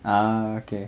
ah okay